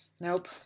Nope